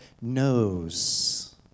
knows